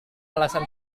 alasan